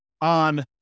on